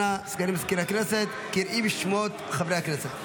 אנא, סגנית מזכיר הכנסת, קראי בשמות חברי הכנסת.